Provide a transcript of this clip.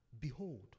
Behold